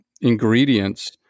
ingredients